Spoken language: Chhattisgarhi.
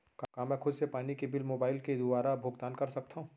का मैं खुद से पानी के बिल मोबाईल के दुवारा भुगतान कर सकथव?